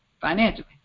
financially